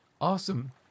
Awesome